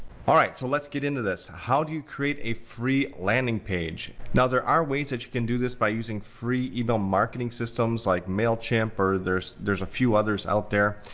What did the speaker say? all right, so let's get into this. how do you create a free landing page. now there are ways that you can do this by using free email marketing systems like mailchimp, or there's there's a few others out there.